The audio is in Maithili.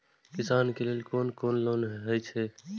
किसान के लेल कोन कोन लोन हे छे?